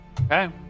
Okay